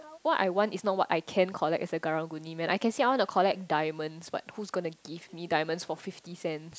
what I want is not what I can collect as a Karang-Guni man I can say I want to collect diamonds but who gonna give me diamonds for fifty cent